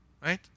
Right